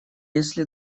если